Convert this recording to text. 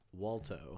Walto